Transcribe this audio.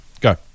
Go